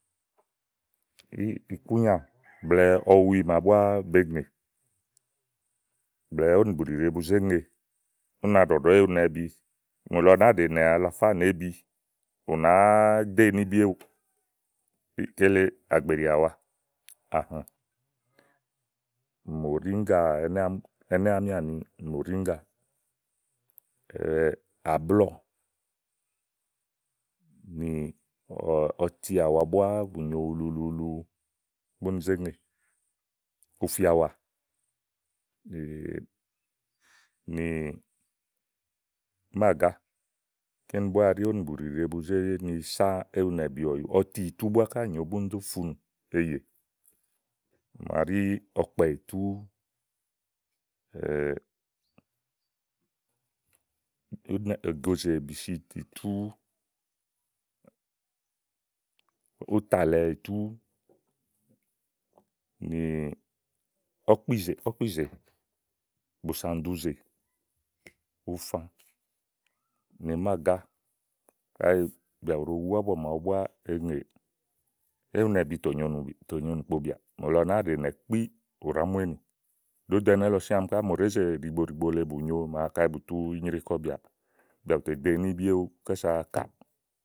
ikúnyà blɛ̀ɛ ɔwi màa búá be ŋè blɛ̀ɛ ówó nìbùɖì ɖe bu zé ŋè, ú na ɖɔ̀ɖɔ éwunɛbìi, ùŋò lɔ nàáa ɖe ìnɛ̀ akafá nèébi, ù nàáa dé íníbi éwuù. Kele àgbèɖì àwa mò ɖíŋgà ɛnɛ́ àámi ɛnɛ àámi àni mò ɖíŋgà, àblɔ̀ nì ɔti áwa búáá bù nyo ululuulu búni zé ŋè, ùfìà wà máàgá ké ni búá ówò nì bùɖì ɖe bu zé nì sá éwunɛbìi ɔ̀yu, ɔti ìtú búá ká nyòo búni zó funù eyè màa ɖi ɔkpɛ ìtú ɔ̀kpìzè, bù ànduzè, ufà, nì máàgá kayi bìà bù ɖo wu ábua màaɖu búá eŋèè, éwunabìi tò nyo ìnùkpo bìàà bìà bàáa ɖè ìnɛ̀ kpíí bìà bù ɖàá mu èni ɖòó ɖo ɛnɛ̃ lɔ síã àámi mòɖèézè le bùnyo kaɖi bùtu inyre kɔbiàà, bìà bù tè de inìbiéwu kása kàà.